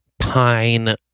pine